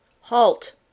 HALT